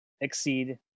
Exceed